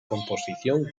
composición